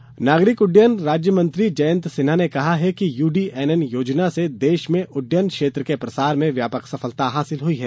जयंत सिंहा नागरिक उड्डयन राज्य मंत्री जयंत सिन्हा ने कहा है कि यूडीएएन योजना से देश में उड्ड्यन क्षेत्र के प्रसार में व्यापक सफलता हासिल हुई है